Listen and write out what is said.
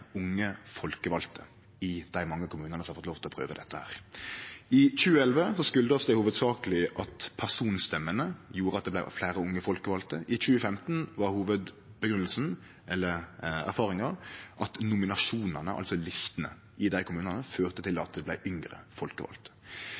unge folkevalde i dei mange kommunane som har fått lov til å prøve dette. I 2011 kom det hovudsakleg av at personstemmene gjorde at det vart fleire unge folkevalde. I 2015 var erfaringa at nominasjonane, altså listene i dei kommunane, førte til